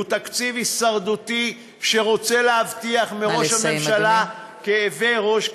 הוא תקציב הישרדותי שרוצה להבטיח את ראש הממשלה מפני כאבי ראש.